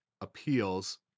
appeals